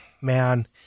Man